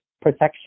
protection